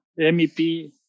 MEP